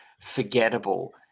forgettable